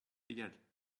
égal